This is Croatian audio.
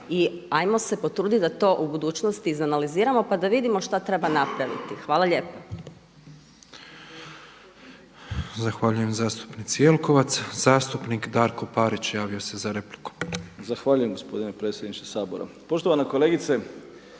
i ajmo se potruditi da to u budućnosti izanaliziramo pa da vidimo šta treba napraviti. Hvala lijepa.